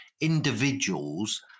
individuals